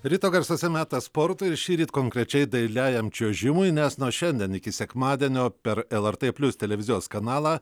ryto garsuose metas sportui ir šįryt konkrečiai dailiajam čiuožimui nes nuo šiandien sekmadienio per lrt plius televizijos kanalą